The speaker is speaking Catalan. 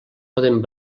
poden